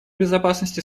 безопасности